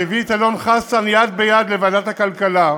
שהביא את אלון חסן יד ביד לוועדת הכלכלה,